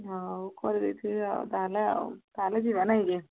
ହଉ କରିଦେଇଥିବି ଆଉ ତା'ହେଲେ ଆଉ ତା'ହେଲେ ଯିବା ନାଇଁ କି